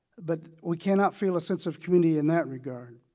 but we cannot feel a sense of community in that regard.